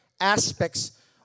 aspects